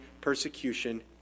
persecution